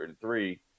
three